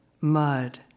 mud